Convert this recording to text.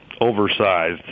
oversized